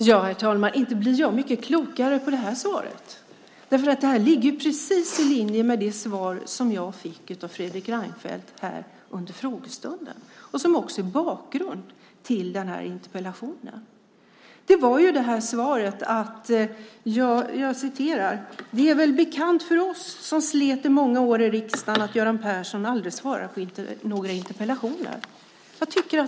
Herr talman! Inte blir jag mycket klokare av det svaret. Det ligger helt i linje med det svar jag fick av Fredrik Reinfeldt under frågestunden och också är bakgrunden till den här interpellationen. Då fick jag svaret att "det var väl bekant för oss som slet under många år i riksdagen att Göran Persson aldrig svarade på några interpellationer".